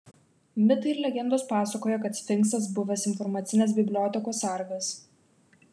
mitai ir legendos pasakoja kad sfinksas buvęs informacinės bibliotekos sargas